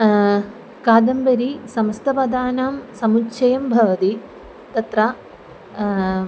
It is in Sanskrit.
कादम्बरी समस्तपदानां समुच्छयं भवति तत्र